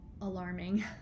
alarming